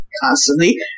constantly